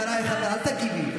אל תגיבי.